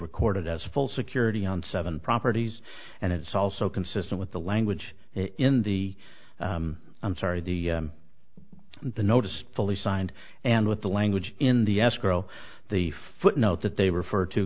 recorded as a full security on seven properties and it's also consistent with the language in the i'm sorry the the notice fully signed and with the language in the escrow the footnote that they refer to